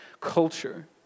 culture